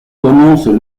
commencent